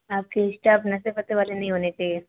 आप के स्टाफ़ नशे वशे वाले नहीं होने चाहिए